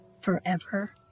forever